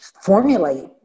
formulate